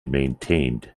maintained